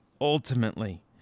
ultimately